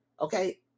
okay